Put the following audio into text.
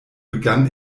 begann